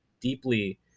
deeply